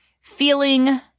Feeling